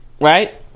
Right